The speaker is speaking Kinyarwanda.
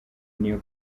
n’iyo